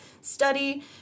study